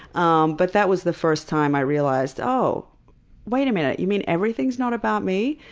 um but that was the first time i realized, oh wait a minute. you mean everything's not about me?